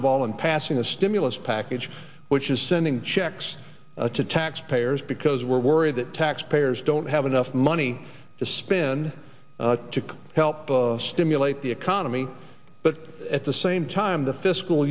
of all in passing the stimulus package which is sending checks to taxpayers because we're worried that taxpayers don't have enough money to spend to help stimulate the economy but at the same time the fiscal